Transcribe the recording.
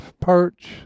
perch